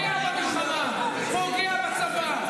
פוגע במלחמה, פוגע בצבא,